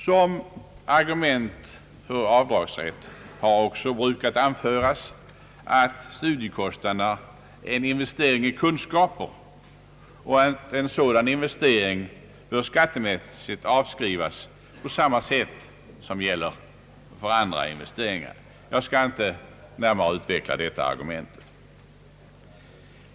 Som argument för avdragsrätt har också brukat anföras att studiekostnaderna är en investering i kunskaper och att en sådan investering skattemässigt bör avskrivas på samma sätt som gäller för andra investeringar. Jag skall inte närmare utveckla detta argument.